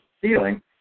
ceiling